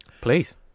please